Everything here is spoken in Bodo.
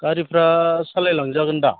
गारिफ्रा सालाय लांजागोन दा